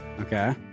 Okay